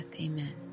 Amen